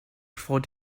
fod